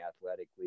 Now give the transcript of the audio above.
athletically